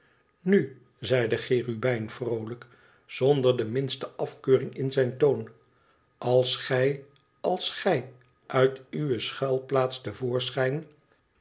nu zei de cherubijn vroolijk zonder de minste afkeuring in zijn toon als gij als gij uit uwe